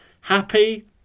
happy